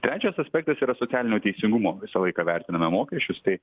trečias aspektas yra socialinio teisingumo visą laiką vertiname mokesčius tai